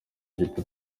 gito